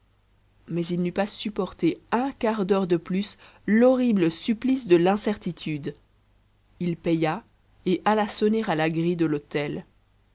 mais il n'eût pas supporté un quart d'heure de plus l'horrible supplice de l'incertitude il paya et alla sonner à la grille de l'hôtel